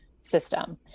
system